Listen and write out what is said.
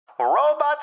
Robots